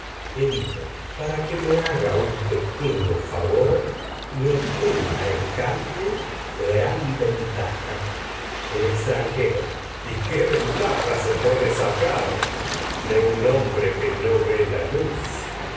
edipo para que me haga un pequeño favor y ob tenga el en cambio gran véntaja extranjero y qué ventaja se puede sacar de la luz decirle se lo diré un hombre que no ve